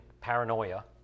paranoia